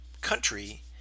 country